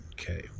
Okay